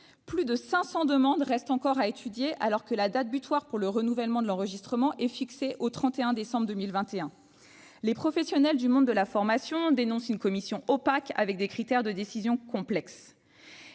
Plus de 500 demandes restent à étudier, alors que la date butoir pour le renouvellement de l'enregistrement est fixée au 31 décembre 2021. Les professionnels du monde de la formation dénoncent une commission opaque dont les critères de décision sont complexes.